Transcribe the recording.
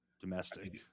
domestic